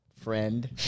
friend